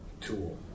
tool